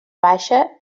baixa